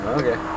okay